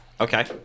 Okay